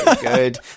good